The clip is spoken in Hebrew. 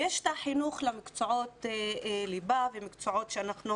ויש את החינוך למקצועות ליבה ומקצועות שאנחנו